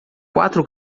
quatro